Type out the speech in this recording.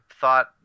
thought